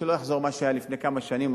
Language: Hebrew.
שלא יחזור מה שהיה לפני כמה שנים,